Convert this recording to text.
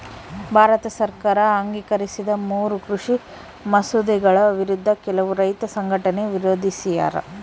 ಭಾರತ ಸರ್ಕಾರ ಅಂಗೀಕರಿಸಿದ ಮೂರೂ ಕೃಷಿ ಮಸೂದೆಗಳ ವಿರುದ್ಧ ಕೆಲವು ರೈತ ಸಂಘಟನೆ ವಿರೋಧಿಸ್ಯಾರ